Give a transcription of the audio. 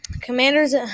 Commanders